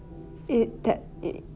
eh that eh